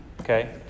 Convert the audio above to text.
Okay